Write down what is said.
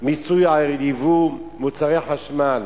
המיסוי על יבוא מוצרי חשמל.